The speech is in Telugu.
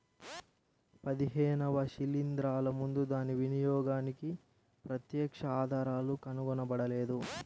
పదిహేనవ శిలీంద్రాలు ముందు దాని వినియోగానికి ప్రత్యక్ష ఆధారాలు కనుగొనబడలేదు